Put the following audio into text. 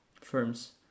firms